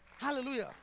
Hallelujah